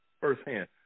Firsthand